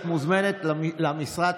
את מוזמנת למשרד,